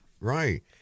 right